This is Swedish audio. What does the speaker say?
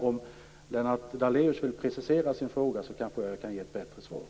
Om Lennart Daléus vill precisera sin fråga så kanske jag kan ge ett bättre svar.